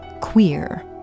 queer